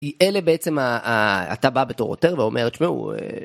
אלה בעצם אתה בא בתור עותר ואומרת שמעו.